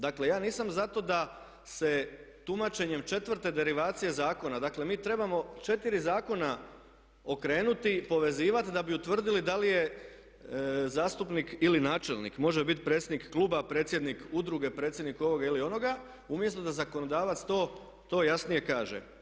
Dakle, ja nisam za to da se tumačenjem 4. derivacije zakona, dakle mi trebamo 4 zakona okrenuti i povezivati da bi utvrdili da li je zastupnik ili načelnik može biti predsjednik kluba, predsjednik udruge, predsjednik ovoga ili onoga umjesto da zakonodavac to jasnije kaže.